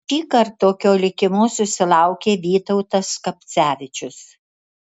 šįkart tokio likimo susilaukė vytautas skapcevičius